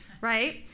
right